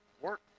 work